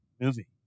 movie